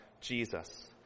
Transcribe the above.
Jesus